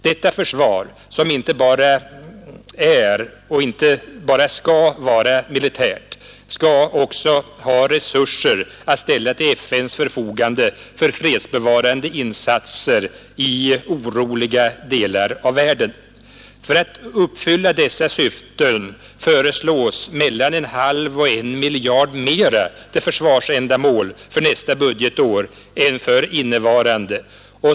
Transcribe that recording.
Detta försvar, som inte bara är och inte bara skall vara militärt, skall också ha resurser att ställa till FN:s förfogande för fredsbevarande insatser i oroliga delar av världen. För att uppfylla dessa syften föreslås mellan en halv och en miljard mera till försvarsändamål för nästa budgetår än för innevarande.